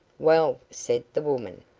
well, said the woman,